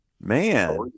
man